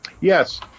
Yes